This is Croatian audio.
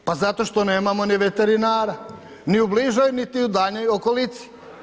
Pa zato što nemamo ni veterinara, ni u bližoj niti u daljnjoj okolici.